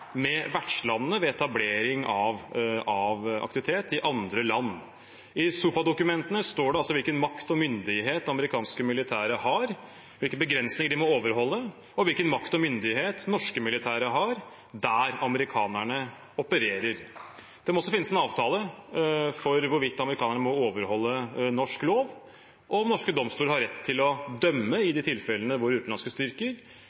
med vertslandene ved etablering av aktivitet i andre land. I SOFA-dokumentene står det altså hvilken makt og myndighet amerikanske militære har, hvilke begrensninger de må overholde, og hvilken makt og myndighet norske militære har der amerikanerne opererer. Det må også finnes en avtale for hvorvidt amerikanerne må overholde norsk lov, og om norske domstoler har rett til å dømme i de tilfellene hvor utenlandske styrker